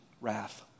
wrath